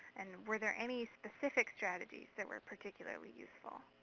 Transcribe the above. and were there any specific strategies that were particularly useful?